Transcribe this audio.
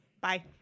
Bye